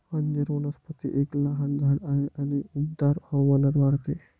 अंजीर वनस्पती एक लहान झाड आहे आणि उबदार हवामानात वाढते